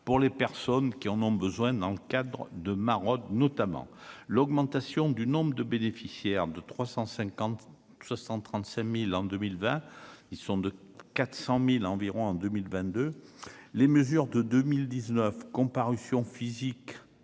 pour les personnes qui en ont besoin dans le cadre de maraudes notamment l'augmentation du nombre de bénéficiaires de 350 60 35000 en 2020, ils sont de 400000 environ en 2022, les mesures de 2019 comparution physique